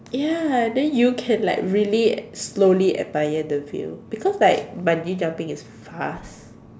ya then you can like really slowly admire the view because like bungee jumping is fast